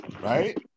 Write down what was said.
Right